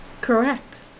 Correct